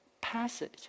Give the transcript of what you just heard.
passage